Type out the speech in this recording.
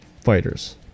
fighters